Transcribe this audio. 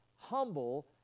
humble